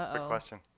ah question.